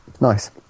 nice